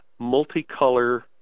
multicolor